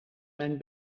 mijn